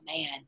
man